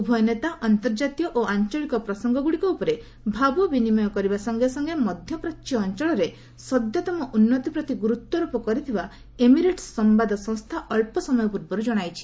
ଉଭୟ ନେତା ଅନ୍ତର୍କାତୀୟ ଓ ଆଞ୍ଚଳିକ ପ୍ରସଙ୍ଗଗୁଡ଼ିକ ଉପରେ ଭାବବିନିମୟ କରିବା ସଙ୍ଗେ ସଙ୍ଗେ ମଧ୍ୟପ୍ରାଚ୍ୟ ଅଞ୍ଚଳରେ ସଦ୍ୟତମ ଉନ୍ନତି ପ୍ରତି ଗୁରୁତ୍ୱାରୋପ କରିଥିବା ଏମ୍ରେଟ୍ ସମ୍ବାଦ ସଂସ୍ଥା ଅଳ୍ପ ସମୟ ପୂର୍ବରୁ ଜଣାଇଛି